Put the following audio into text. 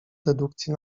dedukcji